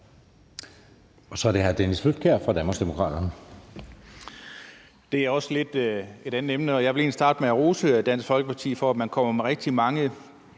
Så er det hr. Dennis Flydtkjær fra Danmarksdemokraterne. Kl. 20:08 Dennis Flydtkjær (DD): Det er også lidt et andet emne, og jeg vil egentlig starte med at rose Dansk Folkeparti for, at man kommer med rigtig mange